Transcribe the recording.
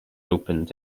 opened